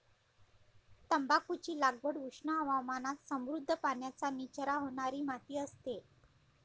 तंबाखूची लागवड उष्ण हवामानात समृद्ध, पाण्याचा निचरा होणारी माती असते